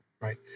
right